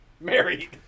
married